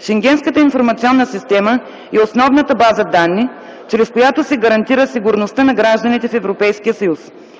Шенгенската информационна система е основната база данни, чрез която се гарантира сигурността на гражданите в Европейския съюз.